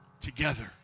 together